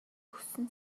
өгсөн